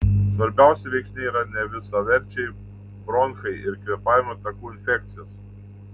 svarbiausi veiksniai yra nevisaverčiai bronchai ir kvėpavimo takų infekcijos